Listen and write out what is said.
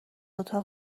اتاق